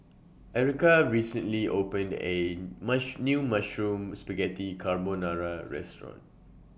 Erica recently opened A New Mushroom Spaghetti Carbonara Restaurant